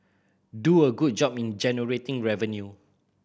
do a good job in generating revenue